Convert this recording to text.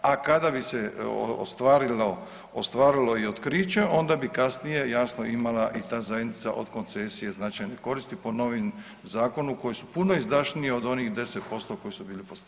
A kada bi se ostvarilo i otkriće, onda bi kasnije jasno imala i ta zajednica od koncesije značajne koristi po novom zakonu koji su puno izdašniji od onih 10% koji su bili po starom.